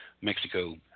Mexico